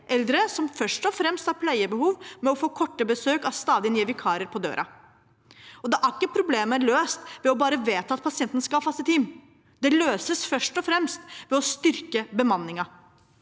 eldre som først og fremst har pleiebehov, med å få korte besøk og stadig nye vikarer på døra. Da er ikke problemet løst ved bare å vedta at pasienten skal ha faste team. Det løses først og fremst ved å styrke bemanningen.